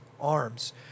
arms